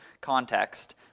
context